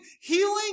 healing